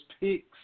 picks